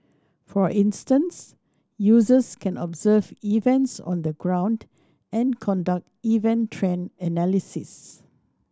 for instance users can observe events on the ground and conduct event trend analysis